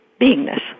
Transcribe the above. beingness